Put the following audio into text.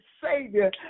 Savior